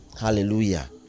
hallelujah